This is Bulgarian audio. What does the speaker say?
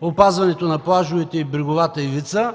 опазването на плажовете и бреговата ивица,